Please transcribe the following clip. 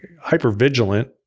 hyper-vigilant